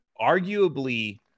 arguably